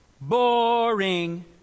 boring